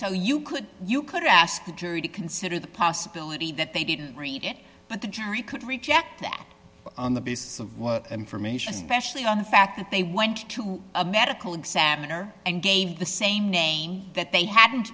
right you could you could ask the jury to consider the possibility that they didn't read it but the jury could reject that on the basis of what information specially on the fact that they went to a medical examiner and gave the same name that they hadn't